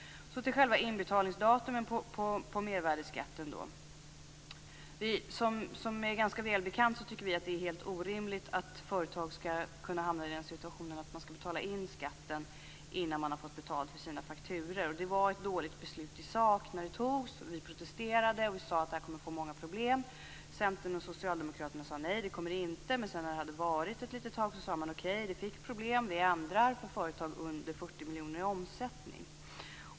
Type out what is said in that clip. Så till frågan om inbetalningsdatum på mervärdesskatten. Som är välbekant tycker vi att det är orimligt att företag skall hamna i situationen att de skall betala in skatten innan de har fått betalt för sina fakturor. Det var ett i sak dåligt beslut när det fattades. Vi protesterade och sade att det skulle bli många problem. Centern och Socialdemokraterna sade att det inte skulle bli problem. Men efter ett tag sade de att det hade blivit problem och att de skulle bli en ändring för företag med under 40 miljoner kronor i omsättning.